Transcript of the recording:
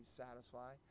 satisfy